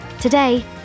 Today